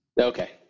Okay